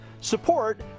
support